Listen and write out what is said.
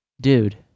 dude